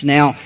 Now